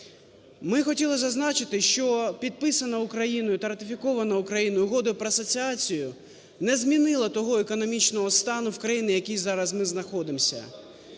Ми хотіла зазначити, що підписана Україною та ратифікована Україною Угода про асоціацію не змінила того економічного стану в країні, в якому зараз ми знаходимося.